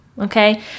Okay